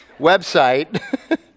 website